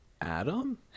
Adam